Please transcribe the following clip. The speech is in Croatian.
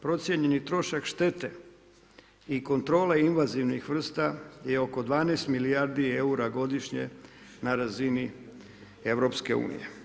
Procijenjeni trošak štete i kontrole invazivnih vrsta je oko 12 milijardi eura godišnje na razini EU.